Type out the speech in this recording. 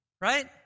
right